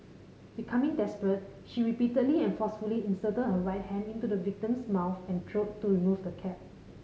becoming desperate she repeatedly and forcefully inserted her right hand into the victim's mouth and throat to remove the cap